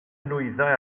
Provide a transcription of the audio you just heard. nwyddau